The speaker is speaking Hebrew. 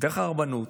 דרך הרבנות,